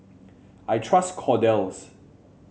I trust Kordel's